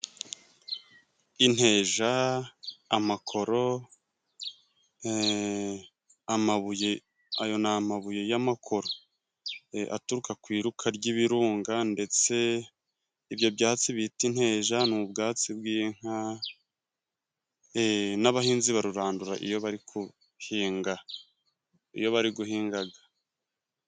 Inteja, amakoro, amabuye, ayo ni amabuye y'amakoro aturuka ku iruka ry'ibirunga ndetse ibyo byatsi bita inteja ni ubwatsi bw'inka n'abahinzi barurandura iyo bari guhinga, iyo bari guhingaga.